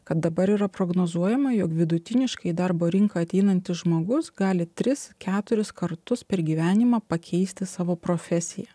kad dabar yra prognozuojama jog vidutiniškai į darbo rinką ateinantis žmogus gali tris keturis kartus per gyvenimą pakeisti savo profesiją